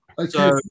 Okay